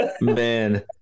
man